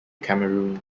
cameroon